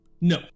No